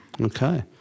Okay